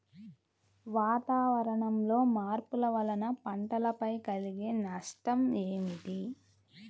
వాతావరణంలో మార్పుల వలన పంటలపై కలిగే నష్టం ఏమిటీ?